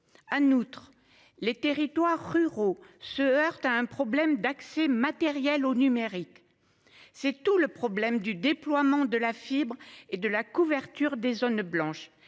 Anne. Outre les territoires ruraux se heurte à un problème d'accès matériel au numérique. C'est tout le problème du déploiement de la fibre et de la couverture des zones blanches